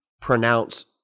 pronounce